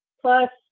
plus